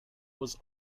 was